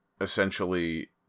essentially